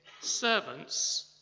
servants